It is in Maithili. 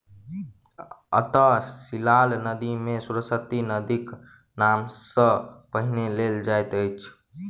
अंतः सलिला नदी मे सरस्वती नदीक नाम सब सॅ पहिने लेल जाइत अछि